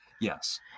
Yes